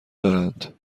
دارند